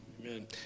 Amen